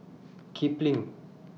Kipling